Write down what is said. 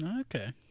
Okay